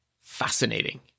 Fascinating